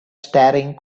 staring